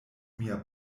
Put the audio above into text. mia